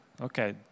okay